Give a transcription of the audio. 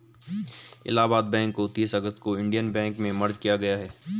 Allahabad bank को तीस अगस्त को इन्डियन बैंक में मर्ज किया गया है